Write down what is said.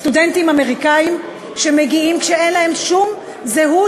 סטודנטים אמריקנים שאין להם שום זהות,